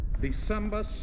December